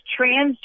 transgender